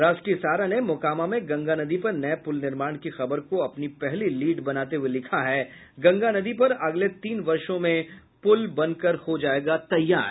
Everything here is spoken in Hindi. राष्ट्रीय सहारा ने मोकामा में गंगा नदी पर नये पुल निर्माण की खबर को अपनी पहली लीड बनाते हुए लिखा है गंगा नदी पर अगले तीन वर्षो में पुल बनकर हो जायेगा तैयार